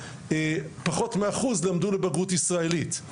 פחות מאחוז למדו לבגרות ישראלית.